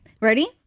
Ready